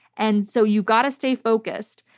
and so, you've got to stay focused.